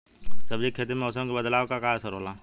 सब्जी के खेती में मौसम के बदलाव क का असर होला?